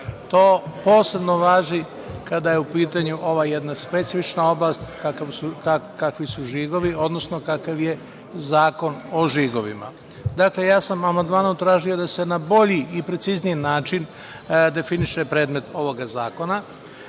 To posebno važi kada je u pitanju ova jedna specifična oblast kakvi su žigovi, odnosno kakav je Zakon o žigovima. Znate, ja sam amandmanom tražio da se na bolji i precizniji način definiše predmet ovoga zakona.